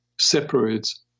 separates